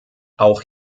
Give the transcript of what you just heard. auch